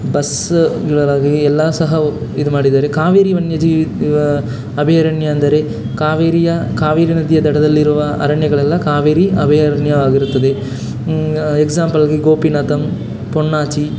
bus ಈ ಎಲ್ಲ ಸಹ ಇದು ಮಾಡಿದ್ದಾರೆ ಕಾವೇರಿ ವನ್ಯಜೀವಿ ಅಭಯಾರಣ್ಯ ಅಂದರೆ ಕಾವೇರಿಯ ಕಾವೇರಿ ನದಿಯ ದಡದಲ್ಲಿರುವ ಅರಣ್ಯಗಳೆಲ್ಲ ಕಾವೇರಿ ಅಭಯಾರಣ್ಯವಾಗಿರುತ್ತದೆ ಎಕ್ಸಾಂಪಲ್ಲಿಗೆ ಗೋಪಿನಾಥಮ್ ಪೊನ್ನಾಚಿ